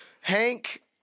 Hank